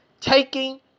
taking